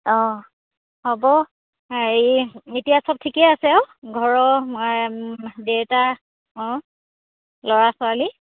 অঁ হ'ব হেৰি এতিয়া চব ঠিকেই আছে আৰু ঘৰৰ দেউতা অঁ ল'ৰা ছোৱালী